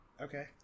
Okay